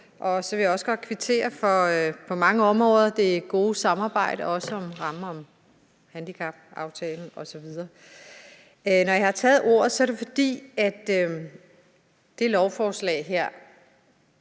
Jeg vil også godt kvittere for det på mange områder gode samarbejde, også om rammen om handicapaftalen osv. Når jeg har taget ordet, er det, fordi jeg ærgrer